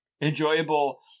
enjoyable